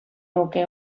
nuke